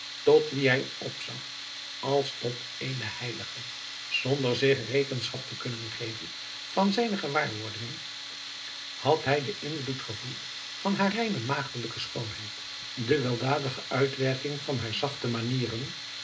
tot wie hij opzag als tot eene heilige zonder zich rekenschap te kunnen geven van zijne gewaarwordingen had hij den invloed gevoeld van haar reine maagdelijke schoonheid de weldadige uitwerking van haar zachte manieren